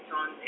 on